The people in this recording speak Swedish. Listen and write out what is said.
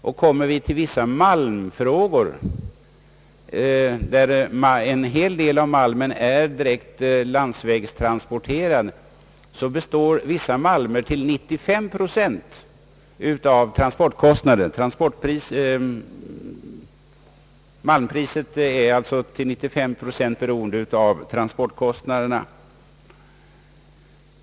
För vissa landsvägstransporterade malmer utgör transportkostnaderna 95 procent av priset.